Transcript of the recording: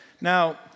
Now